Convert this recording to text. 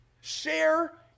Share